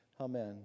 Amen